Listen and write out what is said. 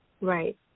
Right